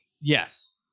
yes